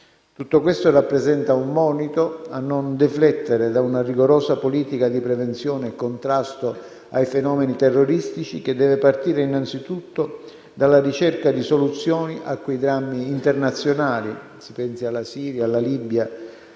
Tutto questo rappresenta un monito a non deflettere da una rigorosa politica di prevenzione e contrasto ai fenomeni terroristici che deve partire innanzitutto dalla ricerca di soluzioni a quei drammi internazionali (si pensi alla Siria, alla Libia